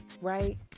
Right